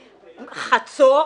חצור,